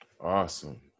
awesome